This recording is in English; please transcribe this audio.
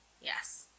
Yes